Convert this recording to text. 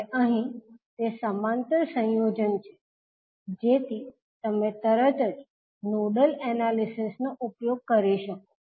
હવે અહીં તે સમાંતર સંયોજન છે જેથી તમે તરત જ નોડલ એનાલિસિસ નો ઉપયોગ કરી શકો